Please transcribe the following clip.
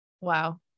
Wow